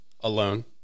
Alone